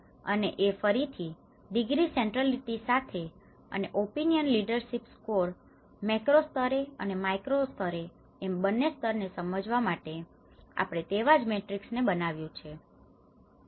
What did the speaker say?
અને એ ફરીથી ડિગ્રી સેન્ટ્રલિટી સાથે અને ઓપિનિયન લીડરશીપ સ્કોર મેક્રો સ્તરે અને માઈક્રો બંને સ્તર ને સમજવા માટે આપણે તેવાજ મેટ્રિક્સ ને બનાવ્યું છે